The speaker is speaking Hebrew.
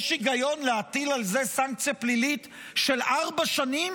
יש היגיון להטיל על זה סנקציה פלילית של ארבע שנים?